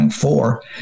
four